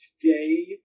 Today